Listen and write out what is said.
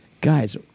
Guys